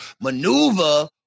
maneuver